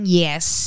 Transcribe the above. yes